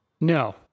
No